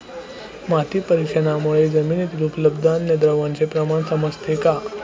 माती परीक्षणामुळे जमिनीतील उपलब्ध अन्नद्रव्यांचे प्रमाण समजते का?